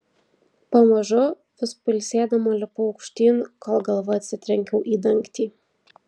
pamažu vis pailsėdama lipau aukštyn kol galva atsitrenkiau į dangtį